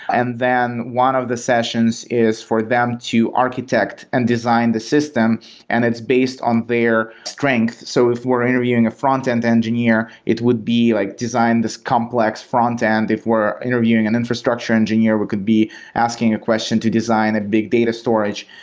and then one of the sessions is for them to architect and design the system and it's based on their strength so if we're interviewing a frontend engineer, it would be like design this complex frontend. if we're interviewing an infrastructure engineer, we could be asking a question to design the big data storage.